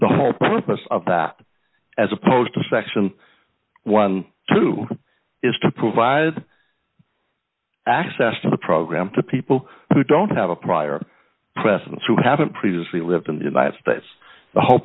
the whole purpose of that as opposed to section twelve dollars is to provide access to the program to people who don't have a prior presidents who haven't previously lived in the united states the whole